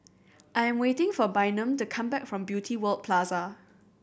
I am waiting for Bynum to come back from Beauty World Plaza